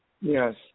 yes